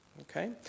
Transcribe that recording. Okay